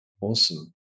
Awesome